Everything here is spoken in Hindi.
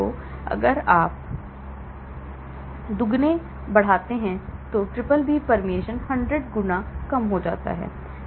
तो अगर आप दोगुना बढ़ाते हैं तो BBB permeation 100 गुना कम हो जाता है